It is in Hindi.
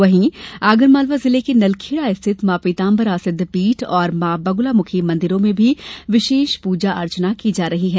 वहीं आगरमालवा जिले के नलखेड़ा स्थित मॉ पीतांबरा सिद्धपीठ और मॉ बगुलामुखी मंदिरों में भी विशेष प्रजा अर्चना की जा रही है